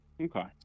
okay